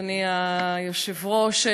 אדוני היושב-ראש,